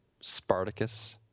Spartacus